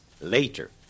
later